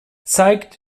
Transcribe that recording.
zeigt